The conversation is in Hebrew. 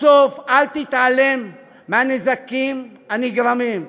בסוף אל תתעלם מהנזקים הנגרמים.